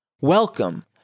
Welcome